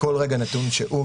בכל רגע נתון שהוא,